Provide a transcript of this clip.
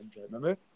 Remember